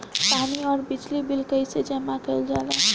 पानी और बिजली के बिल कइसे जमा कइल जाला?